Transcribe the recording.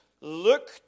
look